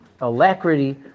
alacrity